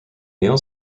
neil